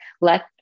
let